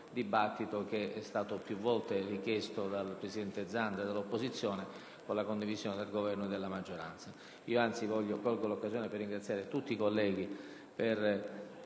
Grazie,